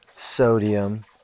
sodium